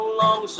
long